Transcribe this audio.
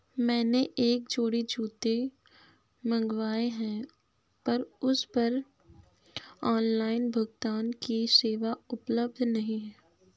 मैंने एक जोड़ी जूते मँगवाये हैं पर उस पर ऑनलाइन भुगतान की सेवा उपलब्ध नहीं है